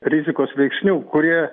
rizikos veiksnių kurie